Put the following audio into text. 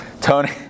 Tony